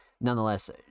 nonetheless